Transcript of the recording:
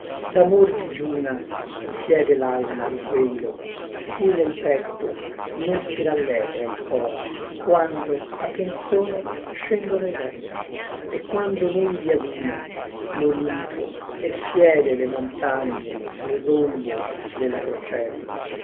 d'amor digiuna siede l'alma di quello a cui nel petto non si rallegra il cor quando a tenzone scendono i venti e quando nembi aduna l'olimpo e fiede le montagne il rombo della procella